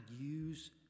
use